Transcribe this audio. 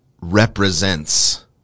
represents